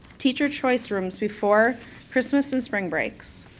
teacher choice rooms before christmas and spring breaks.